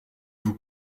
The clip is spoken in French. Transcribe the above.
vous